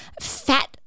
fat